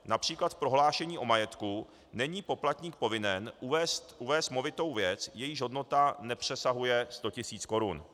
Například v prohlášení o majetku není poplatník povinen uvést movitou věc, jejíž hodnota nepřesahuje 100 tisíc korun.